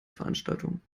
veranstaltung